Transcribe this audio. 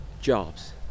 jobs